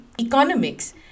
economics